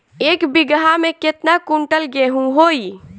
एक बीगहा में केतना कुंटल गेहूं होई?